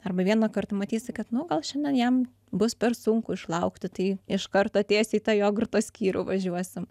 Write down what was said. arba vieną kartą matysi kad nu gal šiandien jam bus per sunku išlaukti tai iš karto tiesiai į tą jogurto skyrių važiuosim